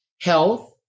health